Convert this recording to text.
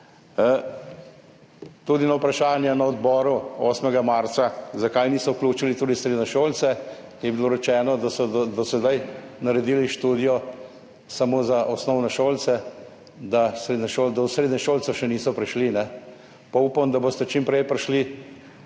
Tudi na vprašanje na odboru 8. marca, zakaj niso vključili tudi srednješolcev, je bilo rečeno, da so do sedaj naredili študijo samo za osnovnošolce, do srednješolcev še niso prišli. Pa upam, da boste čim prej prišli,